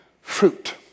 fruit